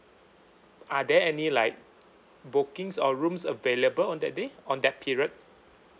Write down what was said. are there any like bookings or rooms available on that day on that period